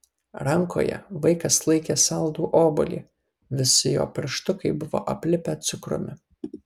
rankoje vaikas laikė saldų obuolį visi jo pirštukai buvo aplipę cukrumi